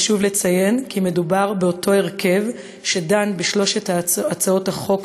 חשוב לציין כי מדובר באותו הרכב שדן בשלוש הצעות החוק